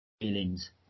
feelings